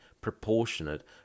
proportionate